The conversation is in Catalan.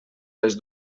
les